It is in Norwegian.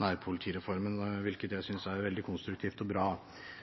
nærpolitireformen, hvilket jeg synes er veldig konstruktivt og bra.